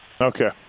Okay